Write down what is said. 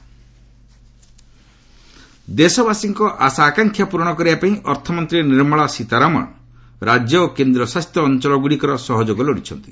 FM pre budget ଦେଶବାସୀଙ୍କ ଆଶା ଆକାଂକ୍ଷା ପୂରଣ କରିବାପାଇଁ ଅର୍ଥମନ୍ତ୍ରୀ ନିର୍ମଳା ସୀତାରମଣ ରାଜ୍ୟ ଓ କେନ୍ଦ୍ର ଶାସିତ ଅଞ୍ଚଳଗୁଡ଼ିକର ସହଯୋଗ ଲୋଡ଼ିଛନ୍ତି